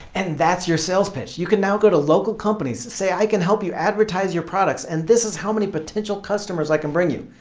and that's your sales pitch! you can now go to local companies, say i can help advertise your product and this is how many potential customers i can bring you.